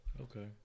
Okay